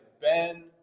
Ben